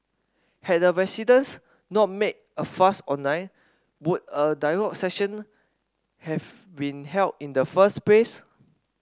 had the residents not made a fuss online would a dialogue session have been held in the first place